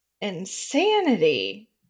insanity